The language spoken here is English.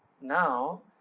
Now